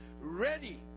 ready